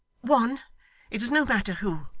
one it is no matter who.